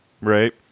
right